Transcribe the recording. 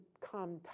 come